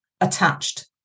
attached